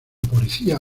policía